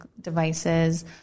devices